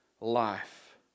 life